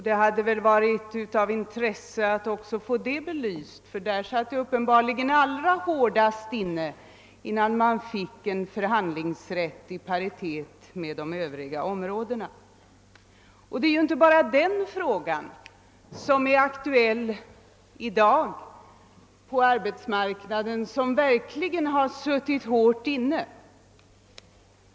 Det hade väl varit av intresse att få också dess tillkomst belyst, ty där satt det uppenbarligen allra hårdast åt innan man fick en förhandlingsrätt i paritet med den som råder på övriga områden. Det är inte bara i denna fråga bland alla dem som i dag är aktuella på arbetsmarknaden som lösningen verkligen har suttit hårt inne.